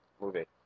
movie